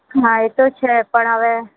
હા એ તો છે પણ હવે